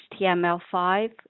HTML5